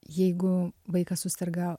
jeigu vaikas suserga